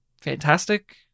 fantastic